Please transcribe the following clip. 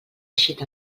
eixit